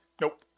Nope